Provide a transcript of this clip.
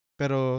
pero